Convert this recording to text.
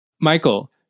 Michael